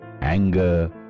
anger